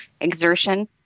exertion